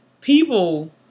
people